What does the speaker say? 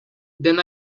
then